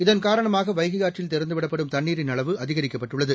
இதன் காரணமாக வைகை ஆற்றில் திறந்துவிடப்படும் தண்ணீரின் அளவு அதிகரிக்கப்பட்டுள்ளது